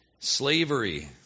Slavery